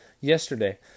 Yesterday